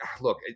look